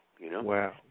Wow